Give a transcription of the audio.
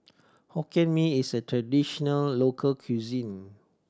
Hokkien Mee is a traditional local cuisine